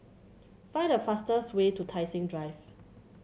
find the fastest way to Tai Seng Drive